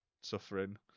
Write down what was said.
suffering